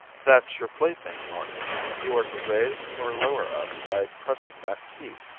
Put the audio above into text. that's your plaything, martin. you are to raise or lower us by pressing that key.